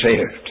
saved